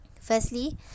Firstly